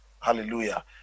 Hallelujah